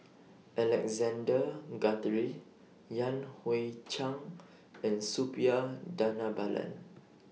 Alexander Guthrie Yan Hui Chang and Suppiah Dhanabalan